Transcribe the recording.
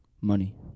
money